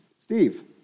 Steve